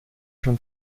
schon